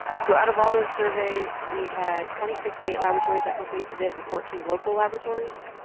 so out of all those surveys, we had twenty six state laboratories that completed it and fourteen local laboratories,